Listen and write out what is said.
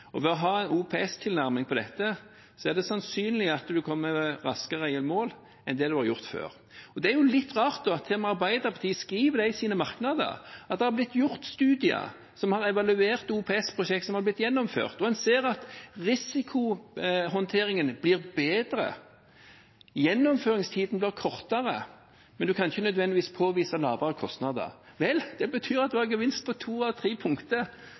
Ved å ha en OPS-tilnærming til dette er det sannsynlig at man kommer raskere i mål enn det man har gjort før. Det er litt rart – til og med Arbeiderpartiet skriver i sine merknader at det har blitt gjort studier som har evaluert OPS-prosjekter som har blitt gjennomført, og man ser at risikohåndteringen blir bedre, og at gjennomføringstiden blir kortere, men man kan ikke nødvendigvis påvise lavere kostnader. Vel, det betyr at man har gevinst på to av tre punkter.